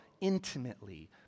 intimately